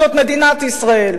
זאת מדינת ישראל.